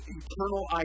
eternal